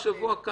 לפני שבוע.